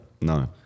No